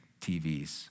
TVs